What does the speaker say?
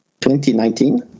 2019